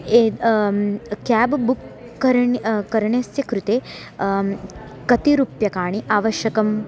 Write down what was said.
ए cab book करणे करणस्य कृते कति रूप्यकाणि आवश्यकम्